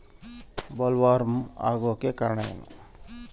Bollworm ಆಗೋಕೆ ಕಾರಣ ಏನು?